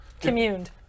Communed